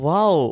Wow